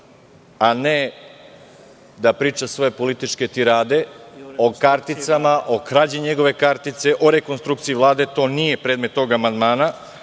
a ne da priča svoje političke tirade o karticama, o krađi njegove kartice, o rekonstrukciji Vlade. To nije predmet tog amandmana. Isto